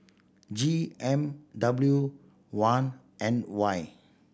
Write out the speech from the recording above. G M W one N Y